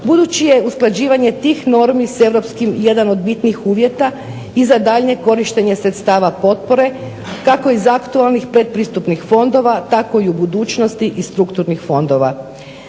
budući je usklađivanje tih normi s europskim, jedan od bitnih uvjeta i za daljnje korištenje sredstava potpore kako iz aktualnih pretpristupnih fondova tako i u budućnosti i strukturnih fondova.